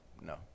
No